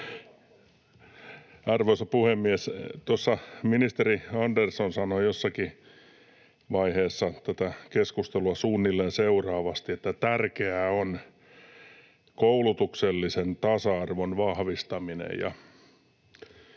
Arvoisa puhemies! Tuossa ministeri Andersson sanoi jossakin vaiheessa tätä keskustelua suunnilleen, että ”tärkeää on koulutuksellisen tasa-arvon vahvistaminen”, ja